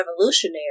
revolutionary